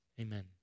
amen